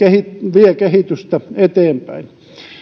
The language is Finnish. vie kehitystä eteenpäin